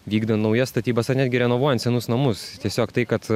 vykdant naujas statybas ar netgi renovuojant senus namus tiesiog tai kad